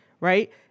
right